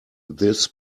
this